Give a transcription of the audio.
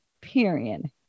period